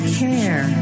care